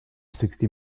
sixty